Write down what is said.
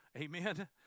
Amen